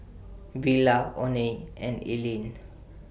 Willa Oney and Ellyn